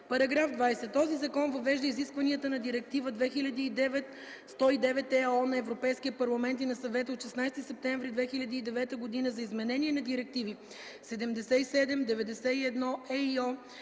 § 20: „§ 20. Този закон въвежда изискванията на Директива 2009/109/ЕО на Европейския парламент и на Съвета от 16 септември 2009 г. за изменение на директиви 77/91/ЕИО,